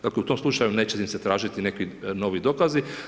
Dakle u tom slučaju neće im se tražiti neki novi dokazi.